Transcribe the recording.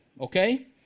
okay